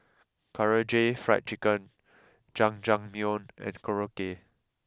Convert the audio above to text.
Karaage Fried Chicken Jajangmyeon and Korokke